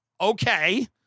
Okay